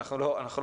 אנחנו לא מכירים,